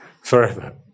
forever